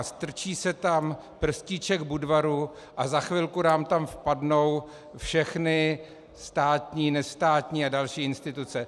Strčí se tam prstíček Budvaru a za chvilku nám tam vpadnou všechny státní, nestátní a další instituce.